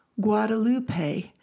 Guadalupe